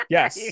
Yes